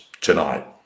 tonight